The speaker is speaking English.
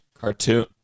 cartoon